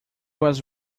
was